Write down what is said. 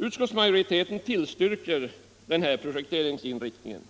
Utskottsmajoriteten tillstyrker den här projekteringsinriktningen,